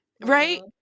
Right